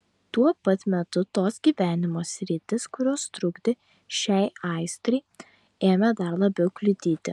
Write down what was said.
tuo pat metu tos gyvenimo sritys kurios trukdė šiai aistrai ėmė dar labiau kliudyti